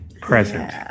present